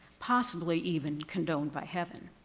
possibly even condoned by heaven.